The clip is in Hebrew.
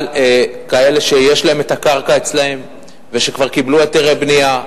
כאלה שיש להם הקרקע אצלם ושכבר קיבלו היתרי בנייה,